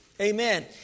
Amen